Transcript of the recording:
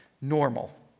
normal